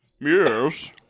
Yes